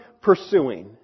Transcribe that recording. pursuing